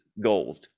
gold